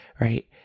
right